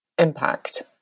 impact